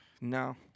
No